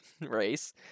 race